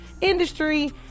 industry